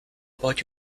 about